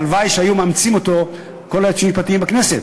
הלוואי שהיו מאמצים אותו כל היועצים המשפטיים בכנסת.